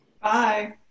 Bye